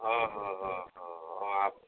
ହଁ ହଁ ହଁ ହଁ ହଁ ଆ